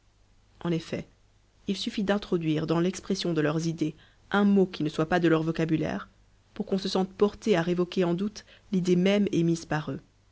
en effet il suffit d'introduire dans l'expression de leurs idées un mot qui ne soit pas de leur vocabulaire pour qu'on se sente porté à révoquer en doute l'idée même émise par eux